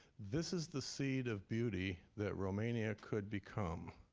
this is the seed of beauty that romania could become.